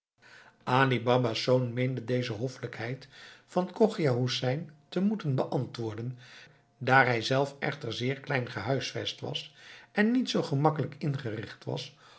ali baba's zoon meende deze hoffelijkheid van chogia hoesein te moeten beantwoorden daar hij zelf echter zeer klein gehuisvest was en niet zoo gemakkelijk ingericht was